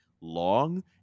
long